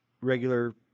regular